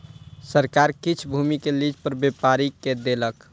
सरकार किछ भूमि के लीज पर व्यापारी के देलक